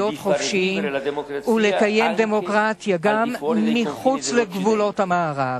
חופשיים ולקיים דמוקרטיה גם מחוץ לגבולות המערב,